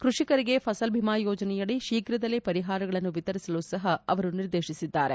ಕ್ಕಷಿಕರಿಗೆ ಫಸಲ್ ಭೀಮಾ ಯೋಜನೆಯಡಿ ಶೀಘ್ರದಲ್ಲೇ ಪರಿಹಾರಗಳನ್ನು ವಿತರಿಸಲು ಸಹ ಅವರು ನಿರ್ದೇಶಿಸಿದ್ದಾರೆ